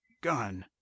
gun